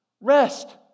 rest